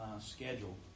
schedule